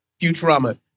Futurama